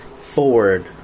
forward